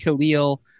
Khalil